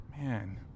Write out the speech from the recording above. Man